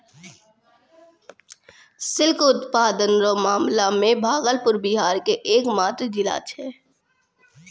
silk उत्पादन रो मामला मे भागलपुर बिहार के एकमात्र जिला छै